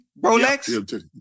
Rolex